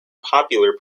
popular